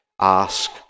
ask